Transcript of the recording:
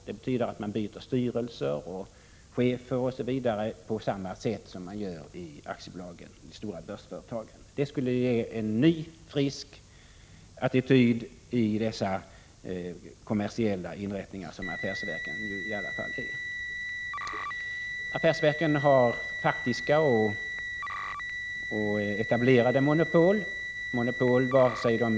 Det betyder att man byter styrelse, chefer osv. på samma sätt som man gör i aktiebolag, i de stora börsföretagen. Det skulle ge en ny frisk attityd i de kommersiella inrättningar som affärsverken i alla fall är. Affärsverken har faktiska och etablerade monopol. Monopol, vare sig de Prot.